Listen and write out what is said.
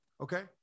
Okay